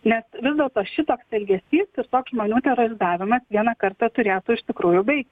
nes vis dėlto šitoks elgesys ir toks žmonių terorizavimas vieną kartą turėtų iš tikrųjų baigtis